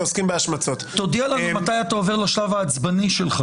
זה שפסקת התגברות תוגבל רק להתגברות על זכויות אדם.